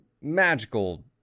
magical